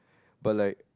but like